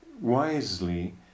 wisely